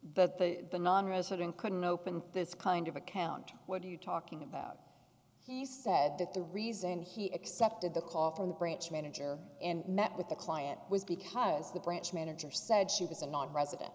chase the nonresident couldn't open this kind of account what are you talking about he said that the reason he accepted the call from the branch manager and met with the client was because the branch manager said she was a nonresident